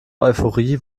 euphorie